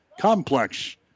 Complex